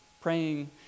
Praying